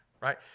right